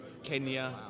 Kenya